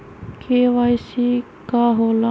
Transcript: KYC का होला?